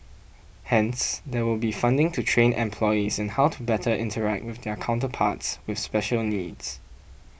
hence there will be funding to train employees in how to better interact with their counterparts with special needs